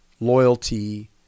loyalty